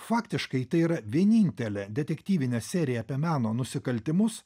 faktiškai tai yra vienintelė detektyvinė serija apie meno nusikaltimus